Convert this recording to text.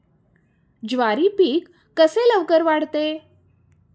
ज्वारी पीक कसे लवकर वाढते?